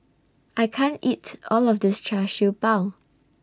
I can't eat All of This Char Siew Bao